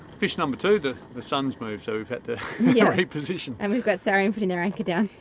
fish number two. the the sun's moved so we've had to yeah reposition. and we've got sarean putting their anchor down.